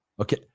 okay